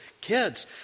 kids